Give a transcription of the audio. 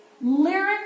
lyric